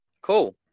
Cool